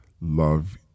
love